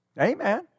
Amen